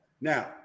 Now